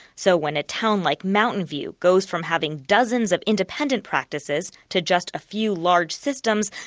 so when a town like mountain view goes from having dozens of independent practices, to just a few large systems,